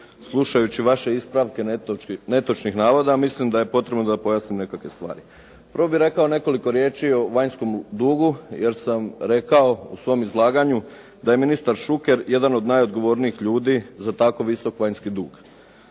slušajući vaše ispravke netočnih navoda, ja mislim da je potrebno da pojasnim nekakve stvari. Prvo bih rekao nekoliko riječi o vanjskom dugu, jer sam rekao u svom izlaganju da je ministar Šuker jedan od najodgovornijih ljudi za tako visok vanjski dug.